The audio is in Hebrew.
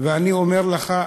ואני אומר לך,